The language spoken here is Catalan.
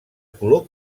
color